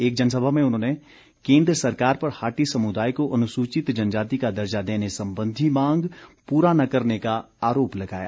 एक जनसभा में उन्होंने केन्द्र सरकार पर हाटी समुदाय को अनुसूचित जनजाति का दर्जा देने संबंधी मांग पूरा न करने का आरोप लगाया